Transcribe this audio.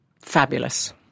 fabulous